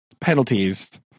penalties